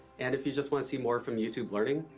and if you just wanna see more from youtube learning,